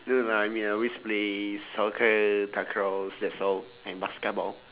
no lah I mean I always play soccer takraw and basketball